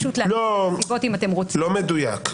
לא מדויק.